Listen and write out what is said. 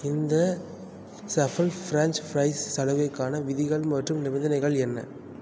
இந்த Safal French fries சலுகைக்கான விதிகள் மற்றும் நிபந்தனைகள் என்ன